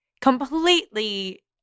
completely